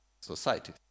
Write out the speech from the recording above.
society